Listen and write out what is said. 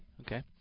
Okay